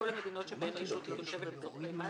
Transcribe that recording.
המדינות שבהן הישות היא תושבת לצרכי מס